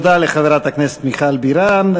חברת הכנסת מיכל בירן,